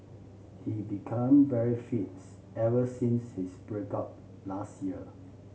he become very fits ever since his break up last year